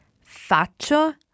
Faccio